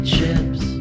Chips